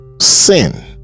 sin